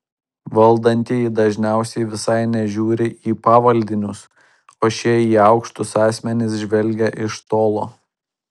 valdantieji dažniausiai visai nežiūri į pavaldinius o šie į aukštus asmenis žvelgia iš tolo